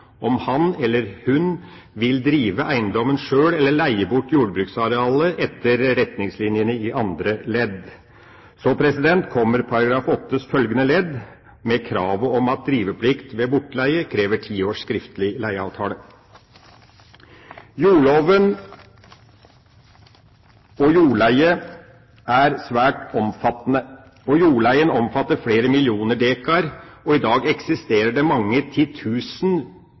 om han eller ho vil drive eigedomen sjølv eller leige bort jordbruksarealet etter føresegnene i andre ledd.» Videre i § 8 følger ledd med krav om at driveplikt ved bortleie krever ti års skriftlig leieavtale. Jordloven og jordleie er svært omfattende. Jordleien omfatter flere millioner dekar. I dag eksisterer det mange titusen